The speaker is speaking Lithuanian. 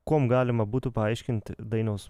kuom galima būtų paaiškint dainiaus